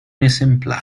esemplare